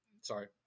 sorry